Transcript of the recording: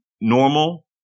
normal